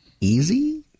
easy